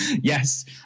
Yes